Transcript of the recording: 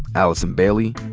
allison bailey,